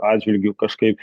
atžvilgiu kažkaip